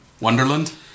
Wonderland